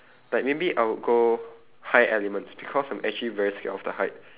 like maybe I would go high elements because I'm actually very scared of the height